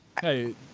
Hey